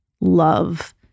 love